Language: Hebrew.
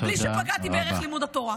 בלי שפגעתי בערך לימוד התורה.